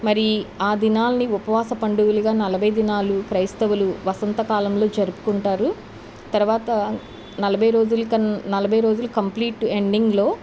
మరీ ఆ దినాల్ని ఉపవాస పండుగలుగా నలభై దినాలు క్రైస్తవులు వసంతకాలంలో జరుపుకుంటారు తరువాత నలభై రోజులు కన్ నలభై రోజులు కంప్లీట్ ఎండింగ్లో